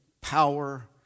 power